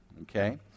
Okay